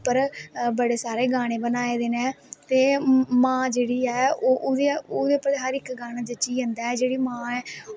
पर बड़े सारे गाने बनाए दे नै ते मां जेह्ड़ी ऐ ओह्दे पर हर इक गाना जच्ची जंदा ऐ जेह्ड़ी मां ऐ